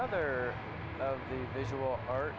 other visual art